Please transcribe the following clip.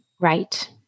Right